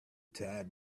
tide